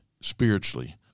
spiritually